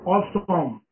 Awesome